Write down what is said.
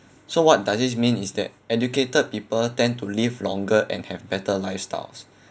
so what does this mean is that educated people tend to live longer and have better lifestyles